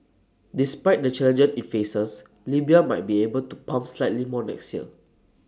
despite the challenges IT faces Libya might be able to pump slightly more next year